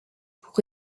pour